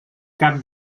cap